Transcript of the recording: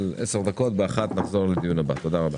תודה רבה.